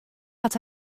hat